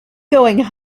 going